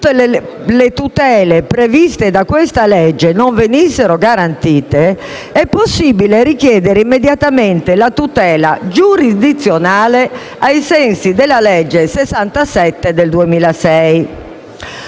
cui le tutele previste da questa legge non venissero garantite, è possibile richiedere immediatamente la tutela giurisdizionale ai sensi della legge n. 67 del 2006.